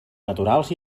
naturals